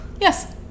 yes